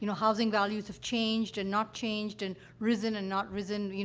you know housing values have changed and not changed and risen and not risen. you